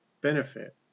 benefit